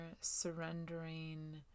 surrendering